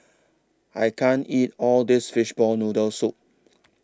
I can't eat All This Fishball Noodle Soup